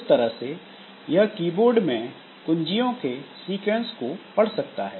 इस तरह से यह कीबोर्ड में कुंजियों के सीक्वेंस को पढ़ सकता है